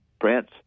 Prince